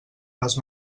les